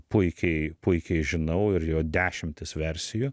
puikiai puikiai žinau ir jo dešimtis versijų